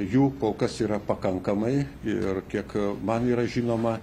jų kol kas yra pakankamai ir kiek man yra žinoma